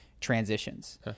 transitions